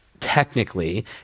technically